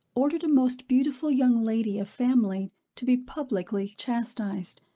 ordered a most beautiful young lady of family to be publicly chastised,